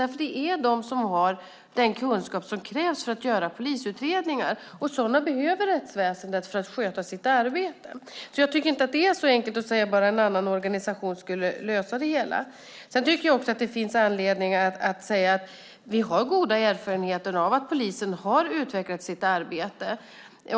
Det är de som har den kunskap som krävs för att göra polisutredningar, och sådana behöver rättsväsendet för att sköta sitt arbete. Jag tycker inte att det är så enkelt att man bara kan säga att en annan organisation skulle lösa det hela. Jag tycker också att det finns anledning att säga att vi har goda erfarenheter av att polisen har utvecklat sitt arbete.